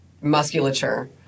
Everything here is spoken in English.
musculature